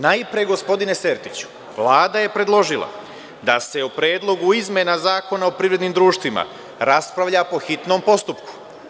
Najpre, gospodine Sertiću, Vlada je predložila da se o Predlogu izmena Zakona o privrednim društvima raspravlja po hitnom postupku.